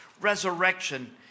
resurrection